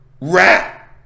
rat